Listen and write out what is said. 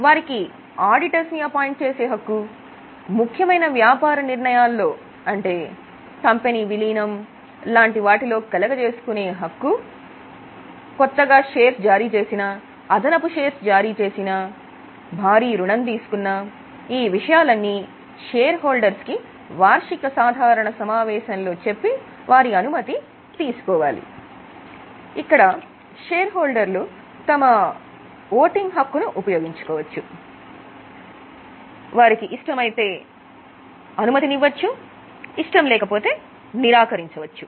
వారికి auditors appoint చేసే హక్కు ముఖ్యమైన వ్యాపార నిర్ణయాల్లోఅంటే కంపెనీ విలీనం లాంటి వాటిలో కలగ చేసుకునే హక్కు కొత్తగా షేర్స్ జారీచేసిన అదనపు షేర్స్ జారీచేసినా భారీ రుణం తీసుకున్నా ఈ విషయాలన్నీ షేర్ హోల్డర్స్ తమ ఓటింగ్ హక్కు ఉపయోగించుకోవచ్చు